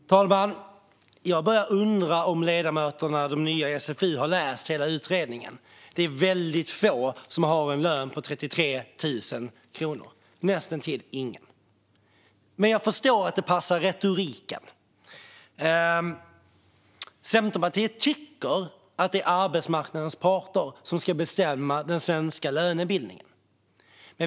Fru talman! Jag börjar undra om de nya ledamöterna i SfU har läst hela utredningen. Det är väldigt få som har en lön på 33 000 kronor, näst intill ingen. Men jag förstår att det passar retoriken. Centerpartiet tycker att det är arbetsmarknadens parter som ska bestämma den svenska lönebildningen.